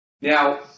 Now